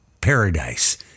paradise